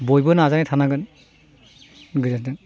बयबो नाजानाय थानांगोन गोजोनथों